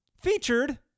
featured